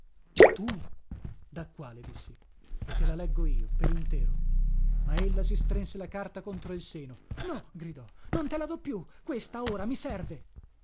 tu da qua le dissi te la leggo io per intero ma ella si strinse la carta contro il seno no gridò non te la do più questa ora mi serve